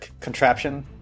contraption